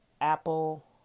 apple